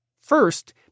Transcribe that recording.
First